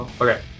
Okay